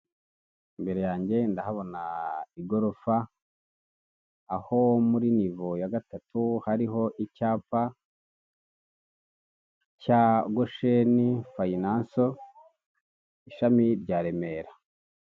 Imbere yanjye ndahabona igorofa, aho muri nivo ya gatatu hariho icyapa cya Gosheni fayinanso ishami rya Remera.